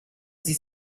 sie